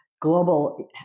Global